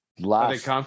last